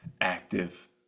active